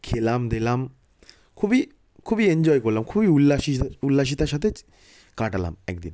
খেলাম দেলাম খুবই খুবই এনজয় করলাম খুবই উল্লাসি উল্লসিতার সাথে কাটালাম এক দিন